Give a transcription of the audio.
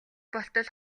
болтол